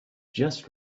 just